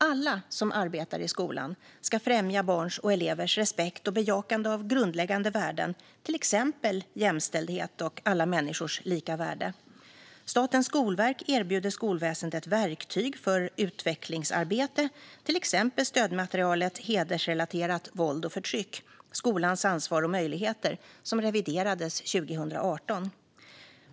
Alla som arbetar i skolan ska främja barns och elevers respekt och bejakande av grundläggande värden, till exempel jämställdhet och alla människors lika värde. Statens skolverk erbjuder skolväsendet verktyg för utvecklingsarbete, till exempel et Hedersrelaterat våld och förtryck - skolans ansvar och möjligheter , som reviderades 2018.